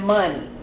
money